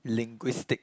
linguistic